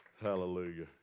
Hallelujah